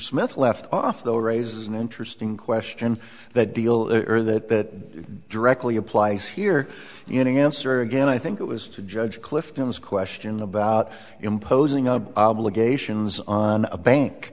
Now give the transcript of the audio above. smith left off though raises an interesting question that deal or that directly applies here in an answer again i think it was to judge clifton this question about imposing our obligations on a